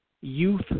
youth